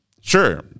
sure